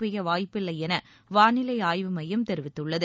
பெய்ய வாய்ப்பில்லை என வானிலை ஆய்வு மையம் தெரிவித்துள்ளது